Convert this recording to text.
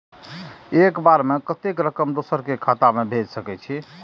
एक बार में कतेक रकम दोसर के खाता में भेज सकेछी?